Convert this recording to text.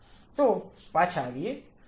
તો પાછા આવીએ મેં આનો ઉલ્લેખ કેમ કર્યો